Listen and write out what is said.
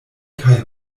kaj